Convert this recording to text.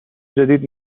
جدید